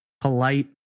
polite